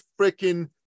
freaking